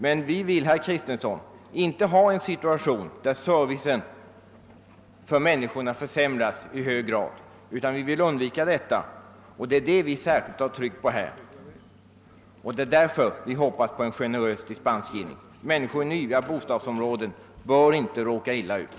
Vi vill emellertid, herr Kristenson, inte ha en situation där servicen för människorna i hög grad försämras, och det är detta vi särskilt velat understryka. Därför hoppas vi på en generös dispensgivning, ty människor i nya bostadsområden bör inte råka illa ut.